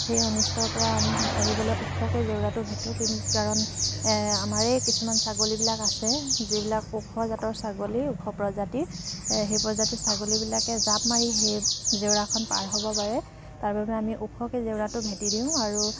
সেই অনিষ্টৰ পৰা আমি হাত সাৰিবলৈ ওখকৈ জেউৰাটো ভেটোঁ কাৰণ আমাৰে কিছুমান ছাগলীবিলাক আছে যিবিলাক ওখ জাতৰ ছাগলী ওখ প্ৰজাতিৰ সেই প্ৰজাতিৰ ছাগলীবিলাক জাপ মাৰি আহি জেউৰাখন পাৰ হ'ব পাৰে তাৰবাবে আমি ওখকৈ জেউৰাটো ভেটি দিওঁ আৰু